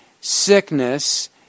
sickness